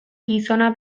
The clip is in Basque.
gizona